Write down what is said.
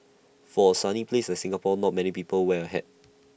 for A sunny place like Singapore not many people wear A hat